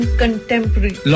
contemporary